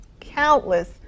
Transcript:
countless